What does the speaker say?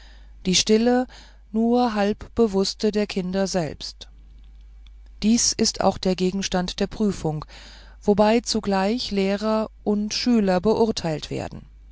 die stille nur halb bewußte der kinder selbst dies ist auch der gegenstand der prüfung wobei zugleich lehrer und schüler beurteilt werden